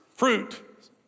fruit